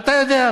אתה יודע,